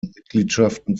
mitgliedschaften